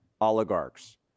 oligarchs